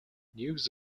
news